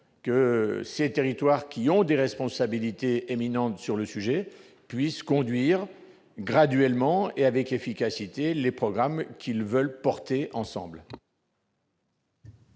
que les territoires qui ont des responsabilités éminentes dans ce domaine puissent conduire graduellement et avec efficacité les programmes qu'ils veulent développer ensemble.